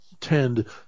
tend